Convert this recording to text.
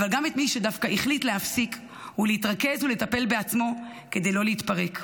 אבל גם את מי שדווקא החליט להפסיק ולהתרכז בעצמו כדי לא להתפרק,